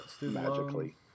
magically